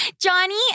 Johnny